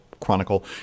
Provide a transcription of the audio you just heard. chronicle